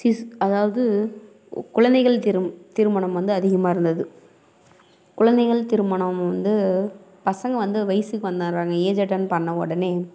அதாவது குழந்தைகள் திருமணம் வந்து அதிகமாக இருந்தது குழந்தைகள் திருமணம் வந்து பசங்கள் வந்து வயசுக்கு வந்துர்றாங்க ஏஜ் அட்டண்ட் பண்ண உடனே